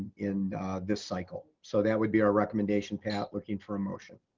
in this cycle. so that would be our recommendation. pat, looking for a motion.